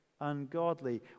ungodly